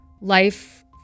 life